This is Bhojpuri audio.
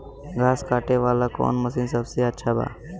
घास काटे वाला कौन मशीन सबसे अच्छा बा?